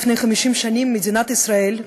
לפני 50 שנים מדינת ישראל,